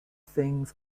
things